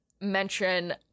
mention